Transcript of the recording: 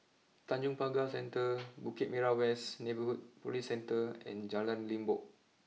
Tanjong Pagar Centre Bukit Merah West Neighbourhood police Centre and Jalan Limbok